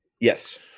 Yes